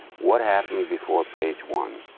what happened before page one?